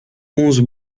onze